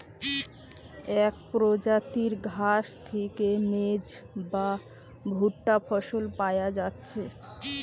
এক প্রজাতির ঘাস থিকে মেজ বা ভুট্টা ফসল পায়া যাচ্ছে